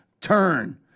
turn